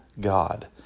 God